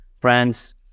friends